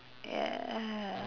ya